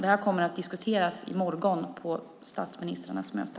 Det kommer att diskuteras i morgon på statsministrarnas möte.